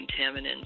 contaminants